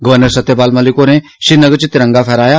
governor Satyapal Malik होरें श्रीनगर च तिरंगा फहराया